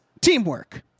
teamwork